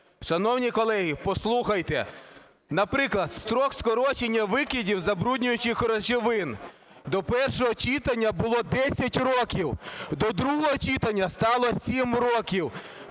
Шановні колеги, послухайте, наприклад, строк скорочення викидів забруднюючих речовин: до першого читання було 10 років, до другого читання стало 7 років.